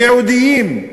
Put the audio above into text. ייעודיים,